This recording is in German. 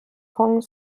kong